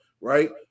right